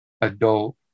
adult